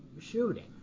shooting